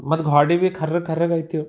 ಮತ್ತು ಗೋಡೆ ಭೀ ಕರ್ರಗೆ ಕರ್ರಗೆ ಆಯ್ತವ